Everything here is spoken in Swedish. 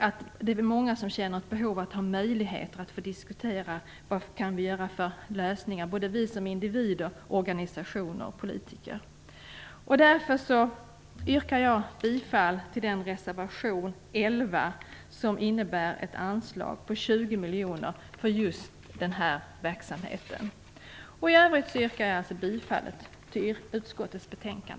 Det är många som känner ett behov av att kunna diskutera möjliga lösningar, såväl vi som individer som organisationer och politiker. Därför yrkar jag bifall till reservation 11 som innebär ett anslag på 20 miljoner för just denna verksamhet. I övrigt yrkar jag bifall till utskottets hemställan.